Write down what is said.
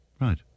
Right